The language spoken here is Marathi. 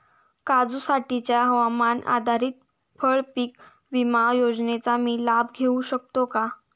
काजूसाठीच्या हवामान आधारित फळपीक विमा योजनेचा मी लाभ घेऊ शकतो का?